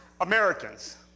Americans